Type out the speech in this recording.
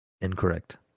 Incorrect